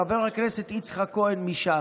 חבר הכנסת יצחק כהן מש"ס,